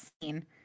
scene